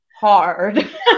hard